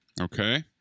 Okay